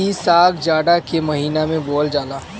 इ साग जाड़ा के महिना में बोअल जाला